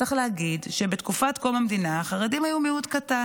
צריך להגיד שבתקופת קום המדינה החרדים היו מיעוט קטן.